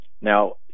Now